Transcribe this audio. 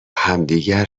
همدیگر